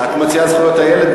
את מציעה זכויות הילד?